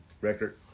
record